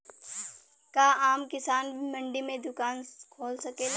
का आम किसान भी मंडी में दुकान खोल सकेला?